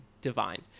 divine